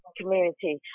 community